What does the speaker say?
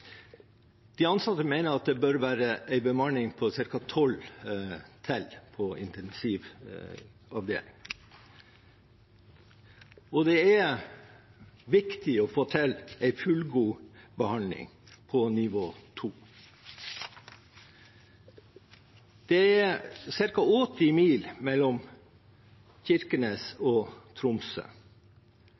De ansatte mener at det bør være en bemanning med ca. 12 flere på intensivavdelingen. Det er viktig å få til en fullgod behandling på nivå to. Det er ca. 80 mil mellom Kirkenes og Tromsø,